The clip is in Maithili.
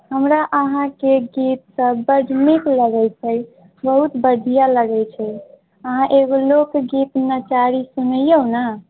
हमरा अहाँके गीतसब बड़ नीक लगै छै बहुत बढ़िआँ लगै छै अहाँ एगो लोकगीत नचारी सुनैऔ ने